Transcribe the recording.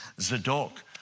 Zadok